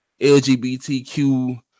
LGBTQ